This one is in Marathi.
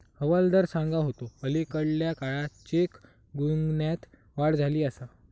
हवालदार सांगा होतो, अलीकडल्या काळात चेक गुन्ह्यांत वाढ झाली आसा